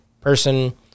person